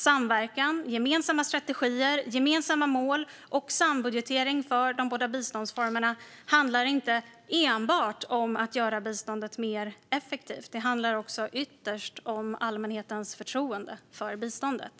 Samverkan, gemensamma strategier, gemensamma mål och sambudgetering för de båda biståndsformerna handlar inte enbart om att göra biståndet mer effektivt. Det handlar också ytterst om allmänhetens förtroende för biståndet.